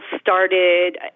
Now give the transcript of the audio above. started